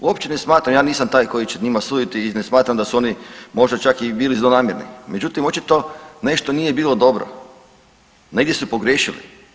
Uopće ne smatram, ja nisam taj koji će njima suditi i ne smatram da su oni možda čak i bili zlonamjerni, međutim očito nešto nije bilo dobro, negdje su pogriješili.